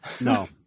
No